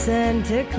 Santa